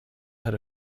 had